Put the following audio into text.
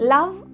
Love